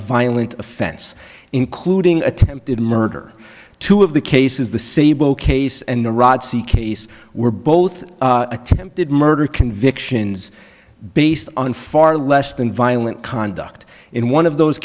violent offense including attempted murder two of the cases the cboe case and the rod see case were both attempted murder convictions based on far less than violent conduct in one of those